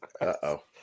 Uh-oh